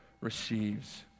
receives